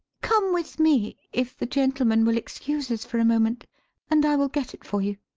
come with me if the gentlemen will excuse us for a moment and i will get it for you.